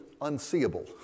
unseeable